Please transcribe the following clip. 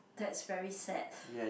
that's very sad